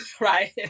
right